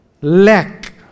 lack